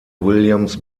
williams